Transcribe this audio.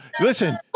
Listen